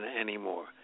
anymore